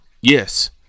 Yes